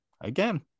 again